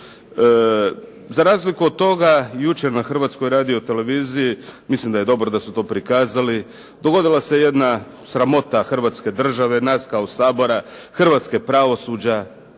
Za razliku od toga, jučer na Hrvatskoj radioteleviziji, mislim da je dobro da su to prikazali, dogodila se jedna sramota hrvatske države, nas kao Sabora, hrvatskog pravosuđa,